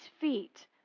feet